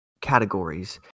categories